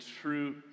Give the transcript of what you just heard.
true